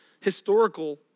historical